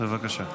בבקשה.